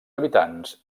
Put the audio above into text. habitants